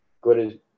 Good